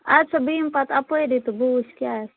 اَدٕ سا بہٕ یِمہٕ پَتہٕ اَپٲری تہٕ بہٕ وٕچھ کیٛاہ آسہِ